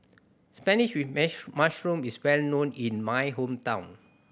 spinach with mushroom is well known in my hometown